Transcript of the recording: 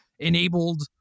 enabled